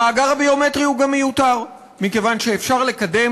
המאגר הביומטרי גם מיותר מכיוון שאפשר לקדם